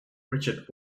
richard